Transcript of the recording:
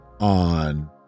on